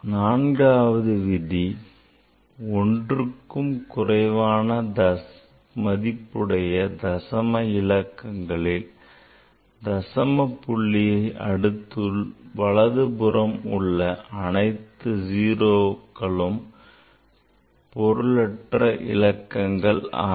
நான்காவது விதி ஒன்றுக்கும் குறைவான மதிப்புடைய தசம இலக்கங்களில் தசம புள்ளியை அடுத்து வலப்புறம் உள்ள அனைத்து 0வும் பொருளற்ற இலக்கங்கள் ஆகும்